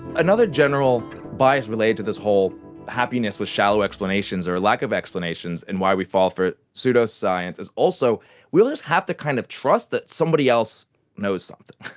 another general bias related to this whole happiness with shallow explanations or lack of explanations and why we fall for pseudoscience is also we have to kind of trust that somebody else knows something.